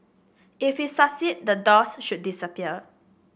if we succeed the doors should disappear